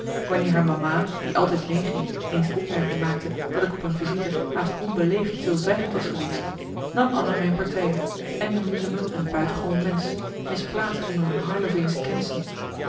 haar mama die altijd meeging eens de opmerking maakte dat ik op een visite haast onbeleefd stilzwijgend was geweest nam anna mijn partij en noemde ze me een buitengewoon mensch misplaatst onder hun harleveensche kennissen